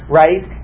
right